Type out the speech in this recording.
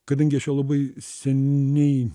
kadangi aš jau labai seniai